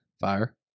Fire